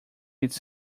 its